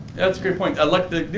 that's a good point. like